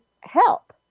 help